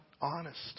honest